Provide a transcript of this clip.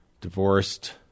divorced